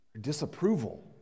disapproval